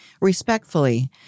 respectfully